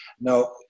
Now